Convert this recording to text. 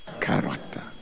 character